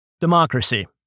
Democracy